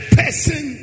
person